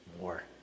more